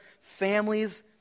families